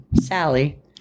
Sally